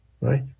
right